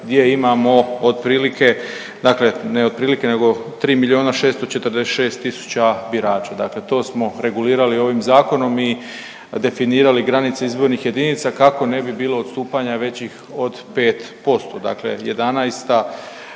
gdje imamo otprilike dakle ne otprilike nego 3 milijuna 646 tisuća birača, dakle to smo regulirali ovim zakonom i definirali granice izbornih jedinica kako ne bi bilo odstupanja većih od 5% dakle XI.